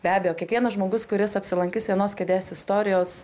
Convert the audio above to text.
be abejo kiekvienas žmogus kuris apsilankys vienos kėdės istorijos